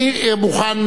אני מוכן,